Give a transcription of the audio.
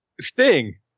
Sting